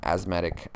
Asthmatic